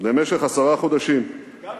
למשך עשרה חודשים, גם בירושלים.